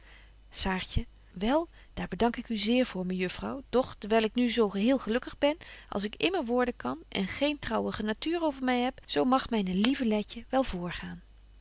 saartje wel daar bedank ik u zeer voor mejuffrouw doch dewyl ik nu zo heel gelukkig ben als ik immer worden kan en geen trouwige natuur over my heb zo mag myne lieve letje wel voorgaan